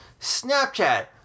Snapchat